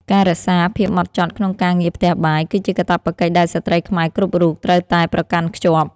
ការរក្សាភាពហ្មត់ចត់ក្នុងការងារផ្ទះបាយ គឺជាកាតព្វកិច្ចដែលស្ត្រីខ្មែរគ្រប់រូបត្រូវតែប្រកាន់ខ្ជាប់។